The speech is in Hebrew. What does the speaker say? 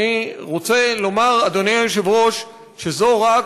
אני רוצה לומר, אדוני היושב-ראש, שזו רק